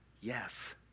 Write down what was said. yes